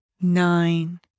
nine